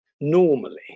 normally